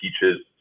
teaches